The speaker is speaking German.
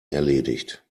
erledigt